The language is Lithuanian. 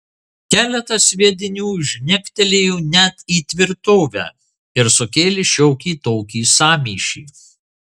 keletas sviedinių žnegtelėjo net į tvirtovę ir sukėlė šiokį tokį sąmyšį